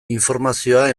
informazioa